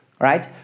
right